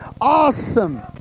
awesome